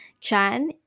Chan